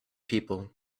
people